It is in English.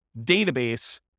database